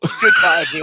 Goodbye